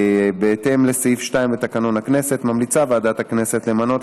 בהתאם לסעיף 2 לתקנון הכנסת ממליצה ועדת הכנסת למנות